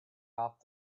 off